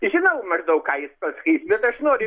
žinau maždaug ką jis pasakys bet aš noriu